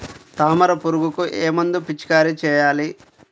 తామర పురుగుకు ఏ మందు పిచికారీ చేయాలి?